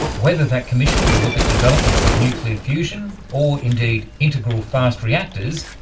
whether that commission will look at developments with nuclear fusion or indeed, integral fast reactors,